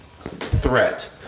threat